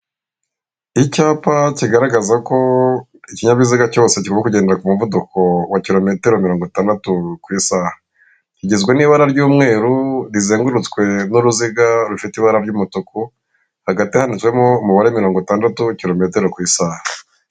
Icyapa kigaragaza ko ikinyabiziga cyose kigomba kugenda ku muvuduko wa kilometero mirongo itandatu ku isaha kigizwe n'ibara ry'umweru rizengurutswe n'uruziga rufite ibara ry'umutuku hagati handitseho umubare mirongo itandatu kilometero ku isaha .